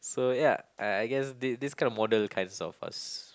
so ya I I guess this this kind of model kind of us